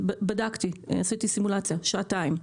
עשיתי סימולציה, בתחבורה הציבורית זה שעתיים.